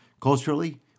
Culturally